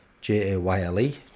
J-A-Y-L-E